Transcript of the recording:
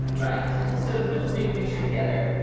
ah right. and so to put the big picture together,